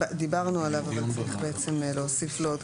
דיברנו עליו אבל צריך בעצם להוסיף לו עוד